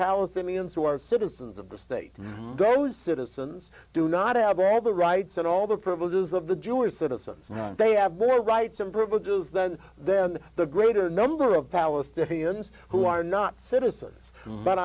palestinians who are citizens of the state those citizens do not have all the rights and all the privileges of the jewish citizens they have no rights and privileges than then the greater number of palestinians who are not citizens but